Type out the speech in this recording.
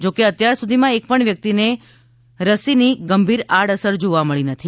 જોકે અત્યાર સુધીમાં એક પણ વ્યક્તિને તેની ગંભીર આડ અસર જોવા મળી નથી